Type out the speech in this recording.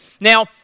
Now